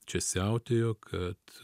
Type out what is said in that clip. čia siautėjo kad